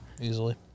Easily